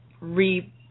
re